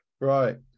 Right